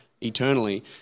eternally